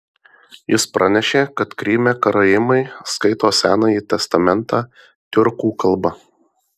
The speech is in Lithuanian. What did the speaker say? jis pranešė kad kryme karaimai skaito senąjį testamentą tiurkų kalba